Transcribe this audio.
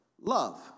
Love